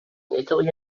italy